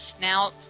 Now